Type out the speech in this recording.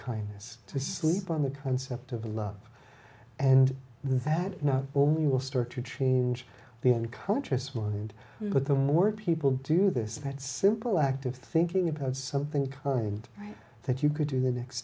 kindness to sleep on the concept of love and that not only will start to change the unconscious mind but the more people do this that simple act of thinking about something current that you could do the next